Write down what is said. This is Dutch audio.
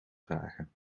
vragen